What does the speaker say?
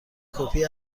کپی